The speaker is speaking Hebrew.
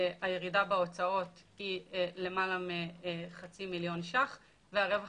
הירידה בהוצאות היא למעלה מחצי מיליון ש"ח והרווח